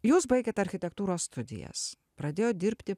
jūs baigėt architektūros studijas pradėjot dirbti